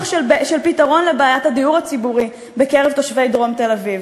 פתרון לבעיית הדיור הציבורי בקרב תושבי דרום תל-אביב.